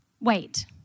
Wait